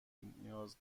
نیاز